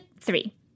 three